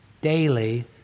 daily